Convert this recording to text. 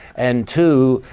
and two,